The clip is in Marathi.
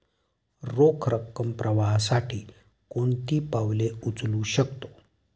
रोख रकम प्रवाहासाठी कोणती पावले उचलू शकतो?